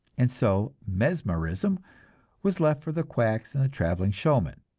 and so mesmerism was left for the quacks and traveling showmen.